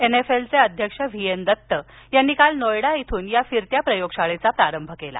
N F एलचे अध्यक्ष V N Dutt यांनी काल नोएडा इथून या फिरत्या प्रयोगशाळेचा आरंभ केला